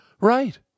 Right